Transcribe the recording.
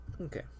Okay